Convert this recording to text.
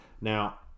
Now